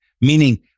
Meaning